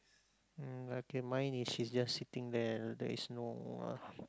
mm okay mine is she's just sitting there there is no uh